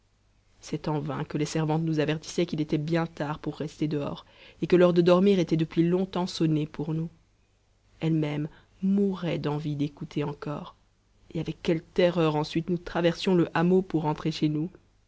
c'est en vain que les servantes nous avertissaient qu'il était bien tard pour rester dehors et que l'heure de dormir était depuis longtemps sonnée pour nous elles-mêmes mouraient d'envie d'écouter encore et avec quelle terreur ensuite nous traversions le hameau pour rentrer chez nous